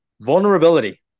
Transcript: Vulnerability